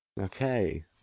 Okay